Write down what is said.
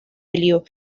helio